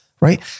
Right